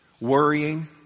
worrying